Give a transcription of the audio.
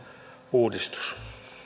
uudistus